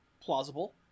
plausible